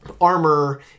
armor